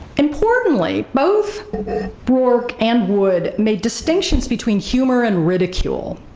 importantly both rourke and wood made distinctions between humor and ridicule.